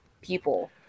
people